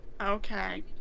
Okay